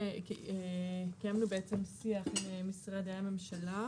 קיימנו בעצם שיח עם משרדי הממשלה,